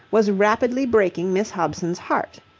was rapidly breaking miss hobson's heart.